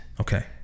Okay